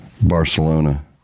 Barcelona